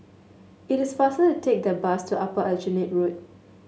it is faster to take the bus to Upper Aljunied Road